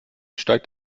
steigt